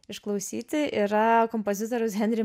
išklausyti ir kompozitorius henryje